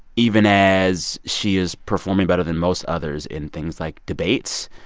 even as she is performing better than most others in things like debates.